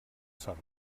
sort